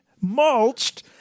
mulched